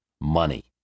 money